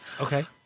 okay